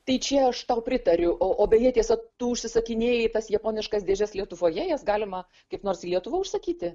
tai čia aš tau pritariu o beje tiesa tu užsisakinėjai tas japoniškas dėžes lietuvoje jas galima kaip nors į lietuvą užsakyti